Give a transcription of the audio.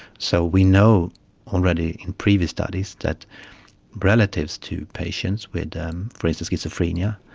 so we know already in previous studies that relatives to patients with, um for instance, schizophrenia,